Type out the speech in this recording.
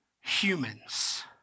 humans